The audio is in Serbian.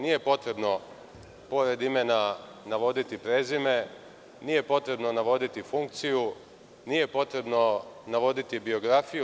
Nije potrebno pored imena navoditi prezime, nije potrebno navoditi funkciju, nije potrebno navoditi biografiju.